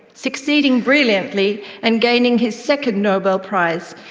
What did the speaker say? succeeding brilliantly and gaining his second nobel prize.